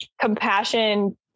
compassion